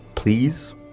Please